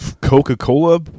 Coca-Cola